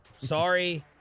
Sorry